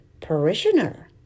parishioner